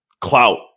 clout